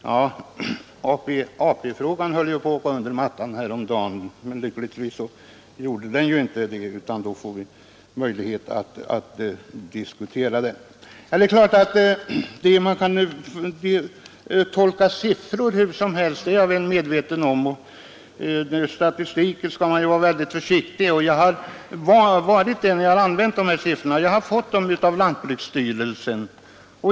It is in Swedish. Ja, AP-frågan höll på att åka under mattan härom dagen. Lyckligtvis gjorde den inte det utan vi får möjlighet att diskutera den. Att man kan tolka siffror hur som helst det är jag väl medveten om, och statistik skall man ju vara väldigt försiktig med. Jag har varit det när jag använt dessa siffror, som jag fått av lantbruksstyrelsen.